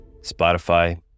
Spotify